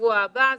בשבוע הבא,